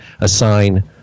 assign